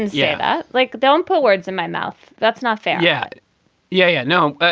yeah. like, don't put words in my mouth. that's not fair. yeah yeah yeah. no. but